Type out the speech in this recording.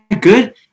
good